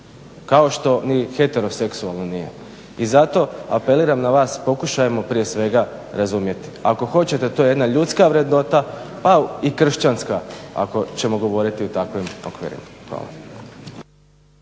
kao što ni heteroseksualna nije. I zato apeliram na vas, pokušajmo prije svega razumjeti. Ako hoćete to je jedna ljudska vrednota a i kršćanska ako ćemo govoriti u takvim okvirima.